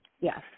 Yes